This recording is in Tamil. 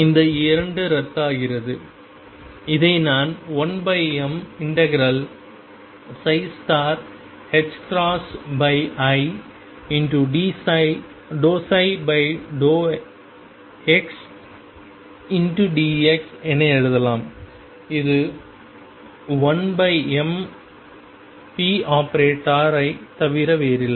இந்த இரண்டு ரத்தாகிறது இதை நான் 1mi ∂ψ∂xdx என எழுதலாம் இது 1m⟨p⟩ ஐத் தவிர வேறில்லை